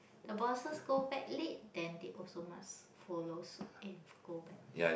the bosses go back late then they also must follow suit and go back late